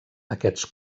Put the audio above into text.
aquests